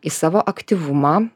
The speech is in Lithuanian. į savo aktyvumą